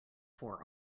fore